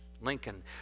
Lincoln